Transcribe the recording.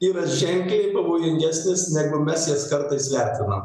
yra ženkliai pavojingesnės negu mes jas kartais vertinam